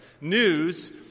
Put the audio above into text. news